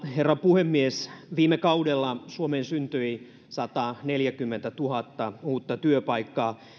herra puhemies viime kaudella suomeen syntyi sataneljäkymmentätuhatta uutta työpaikkaa